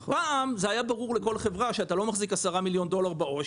פעם היה ברור לכל חברה שאתה לא מחזיק עשרה מיליון דולר בעו"ש,